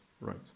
right